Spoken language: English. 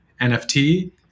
NFT